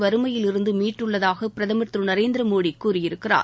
வறுமையிலிருந்து மீட்டுள்ளதாக பிரதமர் திரு நரேந்திர மோடி கூறியிருக்கிறார்